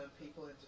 people